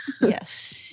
Yes